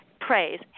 praise